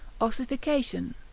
ossification